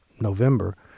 November